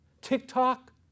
TikTok